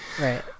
Right